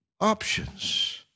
options